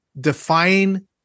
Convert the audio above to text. define